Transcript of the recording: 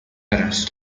است